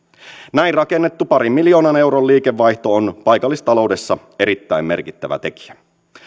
näin rakennettu parin miljoonan euron liikevaihto on paikallistaloudessa erittäin merkittävä tekijä